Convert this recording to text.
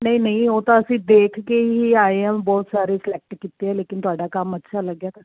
ਨਹੀਂ ਨਹੀਂ ਉਹ ਤਾਂ ਅਸੀਂ ਦੇਖ ਕੇ ਹੀ ਆਏ ਆਂ ਬਹੁਤ ਸਾਰੇ ਸਲੈਕਟ ਕੀਤੇ ਆ ਲੇਕਿਨ ਤੁਹਾਡਾ ਕੰਮ ਅੱਛਾ ਲੱਗਿਆ